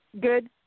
Good